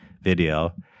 video